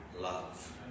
love